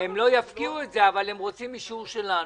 הם לא יפקיעו את זה אבל הם רוצים אישור שלנו.